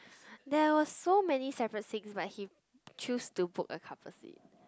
there were so many separate seats but he choose to book a couple seat